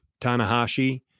Tanahashi